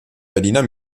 berliner